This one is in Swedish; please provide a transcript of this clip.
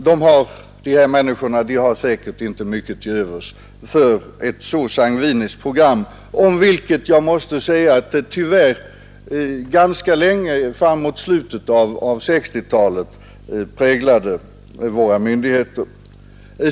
Tyvärr måste jag säga att det programmet ganska länge, mot slutet av 1960-talet, präglade våra myndigheter.